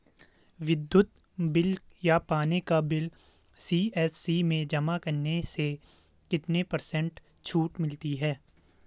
विद्युत बिल या पानी का बिल सी.एस.सी में जमा करने से कितने पर्सेंट छूट मिलती है?